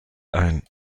ein